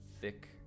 thick